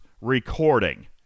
recording